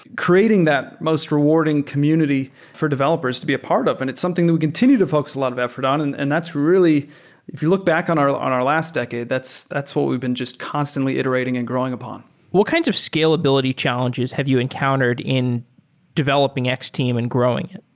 creating that most rewarding community for developers to be a part of and it's something that we continue to focus a lot of effort on, and and that's really if you look back on our on our last decade, that's that's what we've been just constantly iterating and growing upon what kinds of scalability challenges have you encountered in developing x team and growing it?